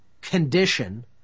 condition